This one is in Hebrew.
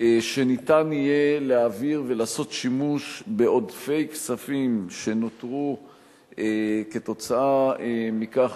שניתן יהיה להעביר ולעשות שימוש בעודפי כספים שנותרו כתוצאה מכך